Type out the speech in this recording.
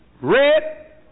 red